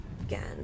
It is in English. again